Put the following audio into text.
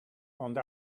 ond